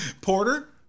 Porter